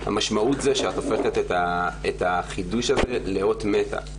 המשמעות היא שאת הופכת את החידוש הזה לאות מתה.